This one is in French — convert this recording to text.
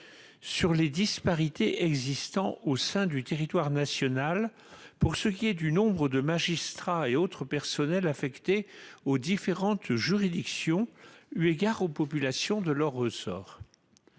sur les disparités existant sur le territoire national quant au nombre de magistrats et autres personnels affectés aux différentes juridictions, eu égard aux populations de leur ressort.